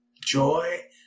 joy